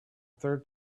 third